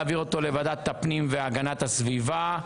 מוצע להעביר אותו לוועדת הפנים והגנת הסביבה.